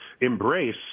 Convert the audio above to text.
embrace